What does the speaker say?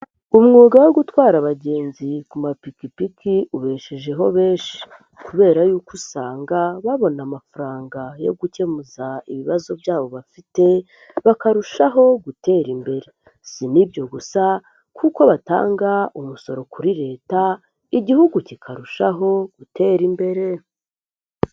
Umwuga wo gutwara abagenzi ku mapikipiki ubeshejeho benshi kubera yuko usanga babona amafaranga yo gukemura ibibazo byabo bafite, bakarushaho gutera imbere. Si n'ibyo gusa kuko batanga umusoro kuri leta, igihugu kikarushaho gutera imbere.